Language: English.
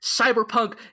cyberpunk